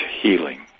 healing